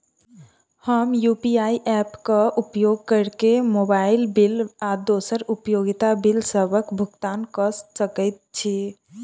हम UPI app क उपयोग करके मोबाइल बिल आ दोसर उपयोगिता बिलसबक भुगतान कर सकइत छि